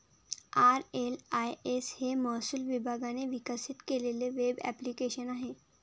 RLIS हे महसूल विभागाने विकसित केलेले वेब ॲप्लिकेशन आहे